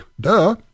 duh